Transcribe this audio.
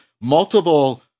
multiple